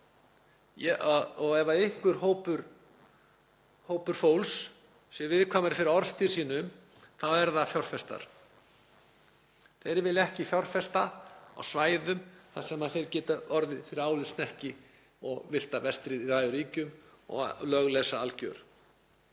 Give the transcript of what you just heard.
Ef einhver hópur fólks er viðkvæmur fyrir orðstír sínum eru það fjárfestar. Þeir vilja ekki fjárfesta á svæðum þar sem þeir geta orðið fyrir álitshnekki og villta vestrið ræður ríkjum og lögleysa er algjör.